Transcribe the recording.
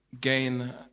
gain